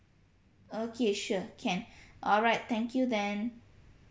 okay sure can alright thank you then